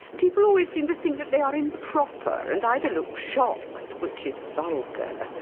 people always seem to think that they are improper, and either look shocked, which is vulgar,